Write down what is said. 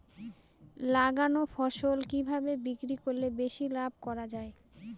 লাগানো ফসল কিভাবে বিক্রি করলে বেশি লাভ করা যায়?